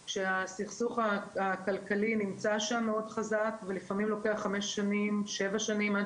הסכסוך הכלכלי נמצא שם מאוד חזק ולפעמים לוקח חמש או שבע שנים עד